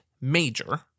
major